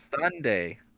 Sunday